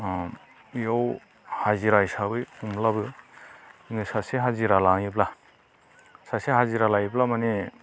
इयाव हाजिरा हिसाबै हमब्लाबो जोङो सासे हाजिरा लायोब्ला सासे हाजिरा लायोब्ला माने